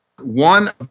one